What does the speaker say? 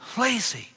lazy